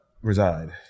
reside